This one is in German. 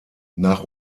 nach